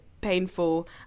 painful